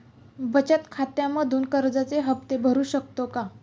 बचत खात्यामधून कर्जाचे हफ्ते भरू शकतो का?